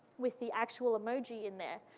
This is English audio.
with the actual emoji in there,